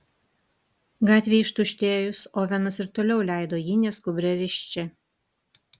gatvei ištuštėjus ovenas ir toliau leido jį neskubria risčia